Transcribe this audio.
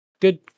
good